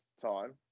time